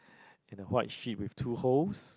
and the white sheet with two holes